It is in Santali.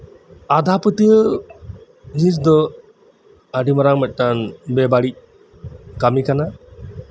ᱟᱸᱫᱷᱟ ᱯᱟᱹᱛᱭᱟᱹᱣ ᱟᱹᱰᱤ ᱢᱟᱨᱟᱝ ᱢᱤᱫᱴᱟᱱ ᱵᱮ ᱵᱟᱹᱲᱤᱡ ᱠᱟᱹᱢᱤ ᱠᱟᱱᱟ